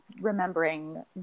remembering